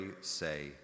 say